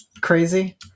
Crazy